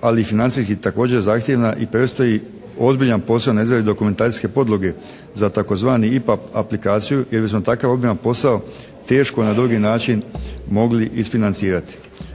ali i financijski također zahtjevna i predstoji ozbiljan posao na izradi dokumentacijske podloge za tzv. IPA aplikaciju jer bismo takav obiman posao teško na drugi način mogli isfinancirati.